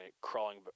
crawling